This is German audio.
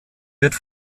wird